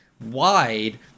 wide